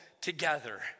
together